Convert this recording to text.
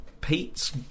Pete's